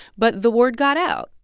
but the word got out.